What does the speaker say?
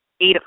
eight